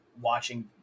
watching